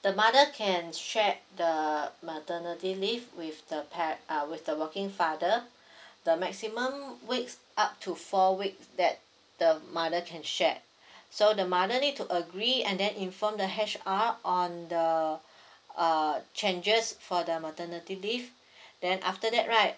the mother can share the maternity leave with the par~ uh with the working father the maximum weeks up to four weeks that the mother can share so the mother need to agree and then inform the H_R on the uh changes for the maternity leave then after that right